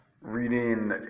reading